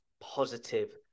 positive